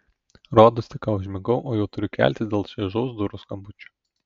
rodos tik ką užmigau o jau turiu keltis dėl čaižaus durų skambučio